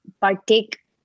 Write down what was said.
partake